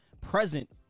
present